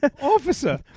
Officer